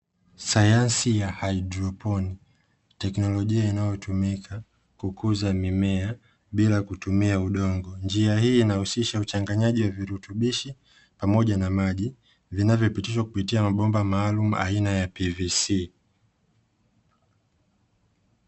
Sayansi ya haidroponi, teknolojia inayotumika kukuza mimea bila kutumia udongo. Njia hii inahusisha uchanganyaji wa virutubishi pamoja na maji vinavyopitishwa kupitia mabomba maalumu aina ya PVC.